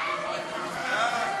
אבל עכשיו,